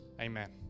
Amen